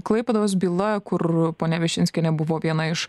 klaipėdos byla kur ponia višinskienė buvo viena iš